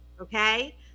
okay